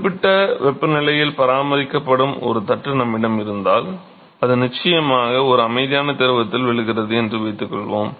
குறிப்பிட்ட வெப்பநிலையில் பராமரிக்கப்படும் ஒரு தட்டு நம்மிடம் இருந்தால் அது நிச்சயமாக ஒரு அமைதியான திரவத்தில் விழுகிறது என்று வைத்துக்கொள்வோம்